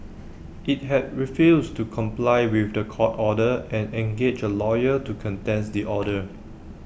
IT had refused to comply with The Court order and engaged A lawyer to contest the order